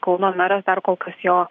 kauno meras dar kol kas jo